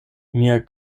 mia